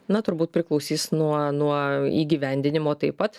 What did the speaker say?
na turbūt priklausys nuo nuo įgyvendinimo taip pat